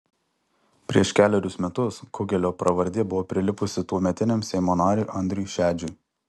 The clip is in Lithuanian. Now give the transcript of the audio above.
prieš kelerius metus kugelio pravardė buvo prilipusi tuometiniam seimo nariui andriui šedžiui